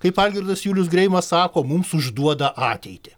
kaip algirdas julius greimas sako mums užduoda ateitį